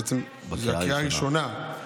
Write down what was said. בעצם זו קריאה ראשונה.